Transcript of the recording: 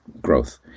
growth